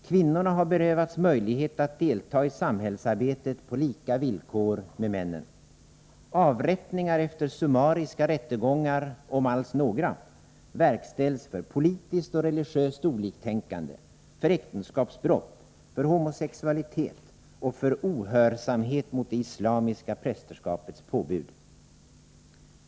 Kvinnorna har berövats möjlighet att delta i samhällsarbetet på lika villkor med männen. Avrättningar efter summariska rättegångar — om alls några — verkställs för politiskt och religiöst oliktänkande, för äktenskapsbrott, homosexualitet och för ohörsamhet mot det islamiska prästerskapets påbud.